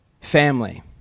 family